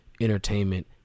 entertainment